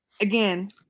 Again